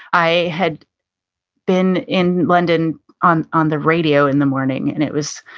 i had been in london on on the radio in the morning and it was,